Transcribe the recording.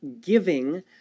giving